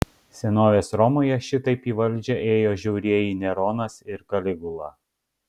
senovės romoje šitaip į valdžią ėjo žiaurieji neronas ir kaligula